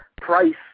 price